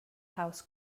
house